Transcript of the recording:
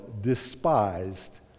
despised